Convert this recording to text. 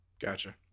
Gotcha